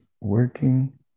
working